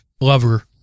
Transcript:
lover